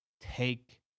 take